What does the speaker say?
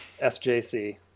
SJC